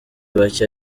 bake